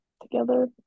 Together